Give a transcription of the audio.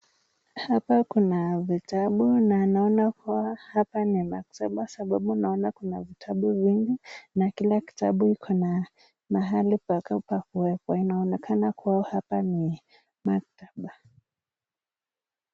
Hapa kuna vitabu na naona kua hapa ni maktaba sababu naona kuna vitabu vingi na kila kitabu iko na mahali pake pa kuwekwa inaonekana kua hapa ni maktaba .